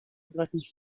gegriffen